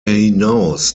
hinaus